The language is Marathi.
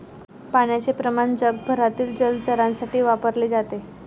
पाण्याचे प्रमाण जगभरातील जलचरांसाठी वापरले जाते